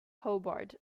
hobart